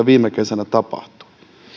viime kesänä tapahtui